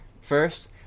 first